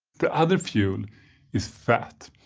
the other fuel is fat.